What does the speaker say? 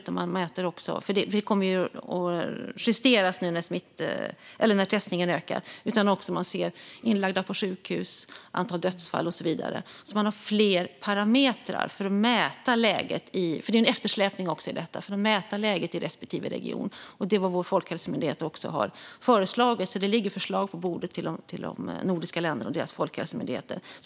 Det kommer nämligen att justeras nu när testningen ökar. Man bör också titta på antalet inlagda på sjukhus, antalet dödsfall och så vidare. Det finns också en eftersläpning. Det behövs alltså fler parametrar för att mäta läget i respektive region. Det är också vad vår folkhälsomyndighet har föreslagit. Det ligger alltså förslag på bordet till de nordiska länderna och deras folkhälsomyndigheter.